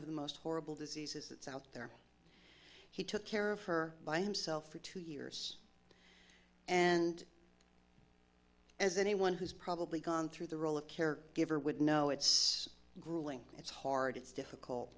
of the most horrible diseases that's out there he took care of her by himself for two years and as anyone who's probably gone through the role of caregiver would know it's grueling it's hard it's difficult